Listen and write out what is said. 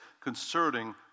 concerning